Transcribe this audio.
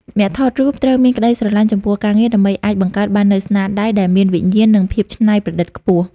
អ្នកថតរូបត្រូវមានក្ដីស្រឡាញ់ចំពោះការងារ ដើម្បីអាចបង្កើតបាននូវស្នាដៃដែលមានវិញ្ញាណ និងភាពច្នៃប្រឌិតខ្ពស់។